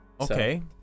Okay